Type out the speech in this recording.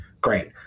great